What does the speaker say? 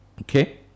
okay